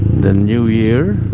the new year